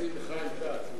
תתייעץ עם חיים כץ,